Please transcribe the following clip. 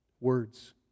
words